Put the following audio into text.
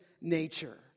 nature